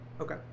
Okay